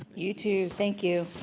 you too. thank you